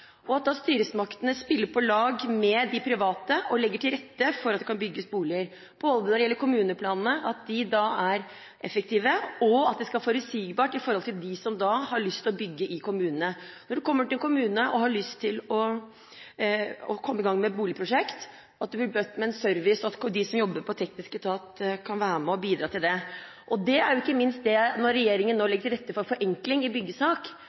rett vei. Styresmaktene spiller på lag med de private og legger til rette for at det kan bygges boliger. Når det gjelder kommuneplanene, må de være effektive, og det skal være forutsigbart med tanke på dem som har lyst til å bygge i kommunene. Når man kommer til en kommune og har lyst til å komme i gang med boligprosjekt, må man bli møtt med en service, og da kan de som jobber på teknisk etat, være med på å bidra til det. Ikke minst kan – når regjeringen nå legger til rette for forenkling i byggesak